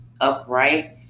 upright